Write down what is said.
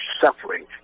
suffering